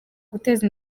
guteza